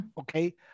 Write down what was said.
okay